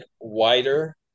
wider